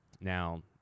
now